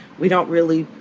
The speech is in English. we don't really,